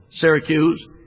Syracuse